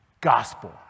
Gospel